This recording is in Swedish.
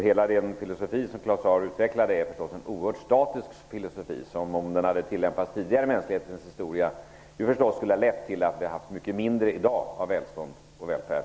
Hela den filosofi som Claus Zaar utvecklade är förstås en oerhört statisk filosofi, som om den hade tillämpats tidigare i mänsklighetens historia hade lett till att vi i dag hade haft mycket mindre av välstånd och välfärd.